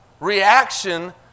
reaction